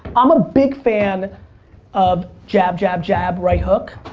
i'm a big fan of jab, jab, jab, right hook.